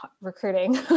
recruiting